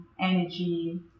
energy